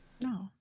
No